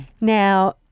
Now